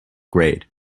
grade